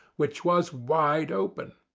which was wide open.